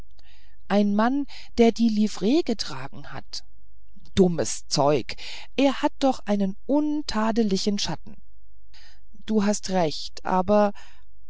ein mann der die livree getragen hat dummes zeug er hat doch einen untadlichen schatten du hast recht aber